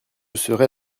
serai